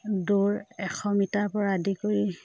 দৌৰ এশ মিটাৰৰপৰা আদি কৰি